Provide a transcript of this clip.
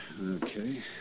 Okay